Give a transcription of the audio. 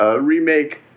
remake